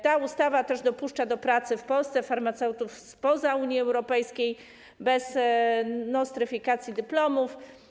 Ta ustawa dopuszcza też do pracy w Polsce farmaceutów spoza Unii Europejskiej bez nostryfikacji dyplomów.